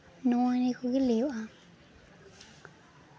ᱱᱚᱜᱼᱚ ᱱᱚᱣᱟ ᱠᱚᱜᱮ ᱞᱟᱹᱭᱳᱜᱼᱟ